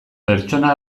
pertsona